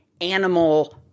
animal